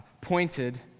pointed